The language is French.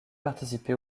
participé